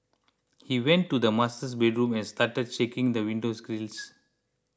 he went to the bedroom and started shaking the windows grilles